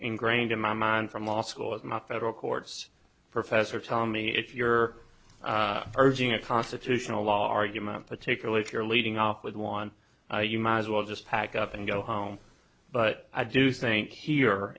ingrained in my mind from law school is my federal courts professor tell me if you're urging a constitutional law argument particularly if you're leading off with one you might as well just pack up and go home but i do think here